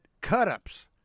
cut-ups